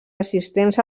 assistents